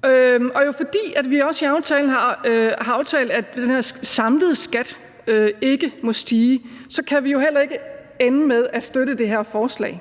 skat. Fordi vi i aftalen har aftalt, at den her samlede skat ikke må stige, kan vi jo heller ikke ende med at støtte det her forslag.